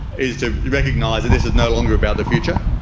is to recognise that this is no longer about the future,